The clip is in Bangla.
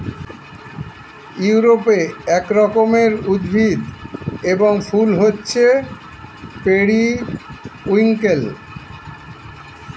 ইউরোপে এক রকমের উদ্ভিদ এবং ফুল হচ্ছে পেরিউইঙ্কেল